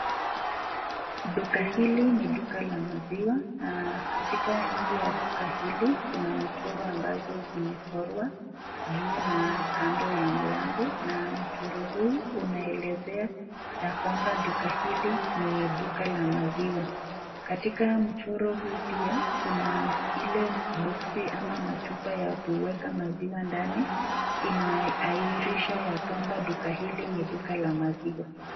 Duka hili ni duka la maziwa na katika nje ya duka hili Kuna michoro ambazo zimechorwa juu na kando ya mlango na michoro huu inaelezea ya kwamba duka hili ni duka la maziwa, katika mchoro hii pia Kuna hili boksi ama machupa ya kuweka maziwa ndani inahaisha ya kwamba duka hili ni duka la maziwa.